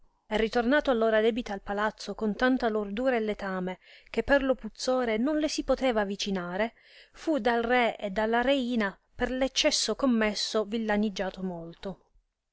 e ritornato all ora debita al palagio con tanta lordura e letame che per lo puzzore non le si poteva avicinare fu dal re e dalla reina per l'eccesso commesso villaniggiato molto